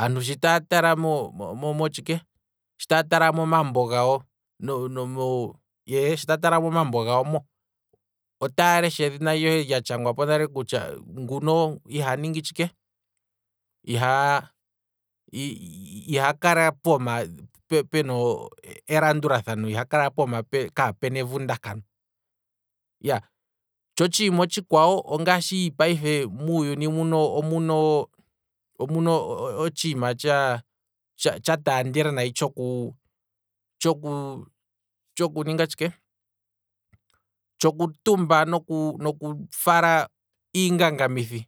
Aantu shi taa tala mo- motshike, shi taa tala momambo gawo nomo, eeyeshi taa tala momambo gawo mo, otaa lesha edhina lyohe lya tshagwapo nale kutya nguno iha ningi tshike, ihaa, iha kala pooma pena elandulathano, iha kala pooma kapena evundakano, tsho otshiima tshimwe omuna omuna otshiima tsha taandela nayi tshoku tshoku tshoku ninga tshike, tshoku tumba iingangamithi,